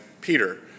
Peter